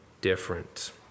different